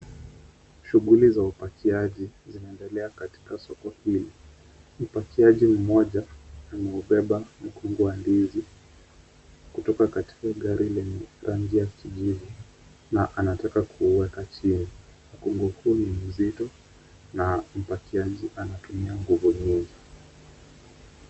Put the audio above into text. Shughuli za upakiaji zinaendele katika soko hili. Mpakiaji mmoja anaubeba mkungu wa ndizi kutoka katika gari lenye rangi ya kijivu na anataka kuuweka chini. Mkungu huu ni mzito na mpakiaji anatumia nguvu mingi.